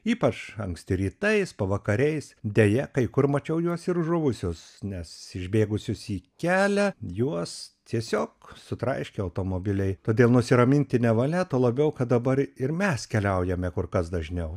ypač anksti rytais pavakariais deja kai kur mačiau juos ir žuvusius nes išbėgusius į kelią juos tiesiog sutraiškė automobiliai todėl nusiraminti nevalia tuo labiau kad dabar ir mes keliaujame kur kas dažniau